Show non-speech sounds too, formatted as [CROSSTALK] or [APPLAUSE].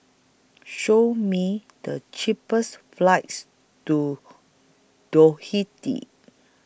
Show Me The cheapest flights to [UNINTELLIGIBLE]